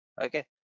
okay